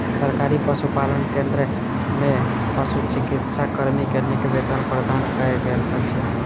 सरकारी पशुपालन केंद्र में पशुचिकित्सा कर्मी के नीक वेतन प्रदान कयल गेल अछि